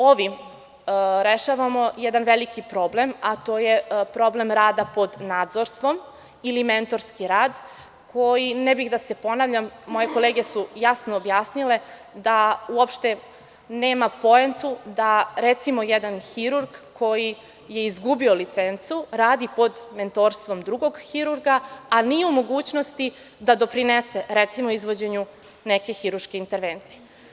Ovim rešavamo jedan veliki problem, a to je problem rada pod nadzorstvom ili mentorski rad koji, ne bih da se ponavljam, moje kolege su jasno objasnile da uopšte nema poentu da, recimo, jedan hirurg koji je izgubio licencu radi pod mentorstvom drugog hirurga, a nije u mogućnosti da doprinese, recimo, izvođenju neke hirurške intervencije.